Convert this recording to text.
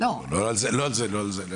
על זה.